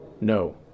No